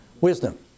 wisdom